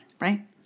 right